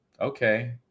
okay